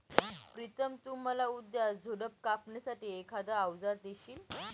प्रितम तु मला उद्या झुडप कापणी साठी एखाद अवजार देशील?